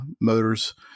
motors